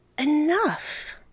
Enough